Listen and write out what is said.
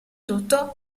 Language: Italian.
tutto